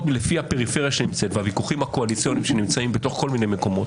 לפי הפריפריה שנמצאת והוויכוחים הקואליציוניים שנמצאים בכל מיני מקומות,